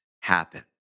happen